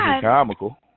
comical